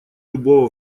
любого